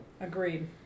Agreed